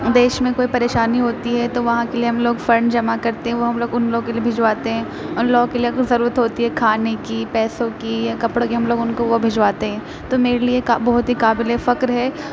دیش میں کوئی پریشانی ہوتی ہے تو وہاں کے لیے ہم لوگ فنڈ جمع کرتے ہیں وہ ہم لوگ ان لوگوں کے لیے بھجواتے ہیں ان لوگوں کے لیے اگر ضرورت ہوتی ہے کھانے کی پیسوں کی یا کپڑوں کی ہم لوگ ان کو وہ بھجواتے ہیں تو میرے لیے کا بہت ہی قابل فخر ہے